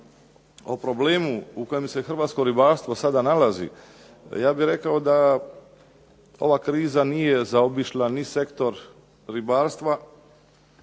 o problemu u kojem se hrvatsko ribarstvo sada nalazi, ja bih rekao da ova kriza nije zaobišla ni sektor ribarstva,